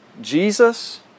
Jesus